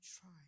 try